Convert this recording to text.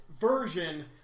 version